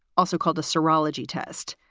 also called a serology test.